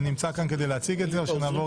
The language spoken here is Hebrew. חוק ומשפט להקדמת הדיון